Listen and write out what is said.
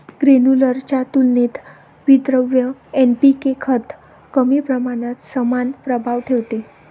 granular च्या तुलनेत विद्रव्य एन.पी.के खत कमी प्रमाणात समान प्रभाव ठेवते